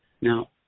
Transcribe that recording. Now